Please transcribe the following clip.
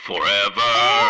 Forever